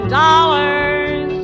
dollars